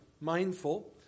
mindful